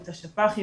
את השפ"חים,